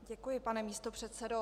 Děkuji, pane místopředsedo.